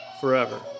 forever